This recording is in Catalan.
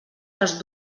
les